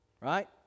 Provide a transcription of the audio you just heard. Right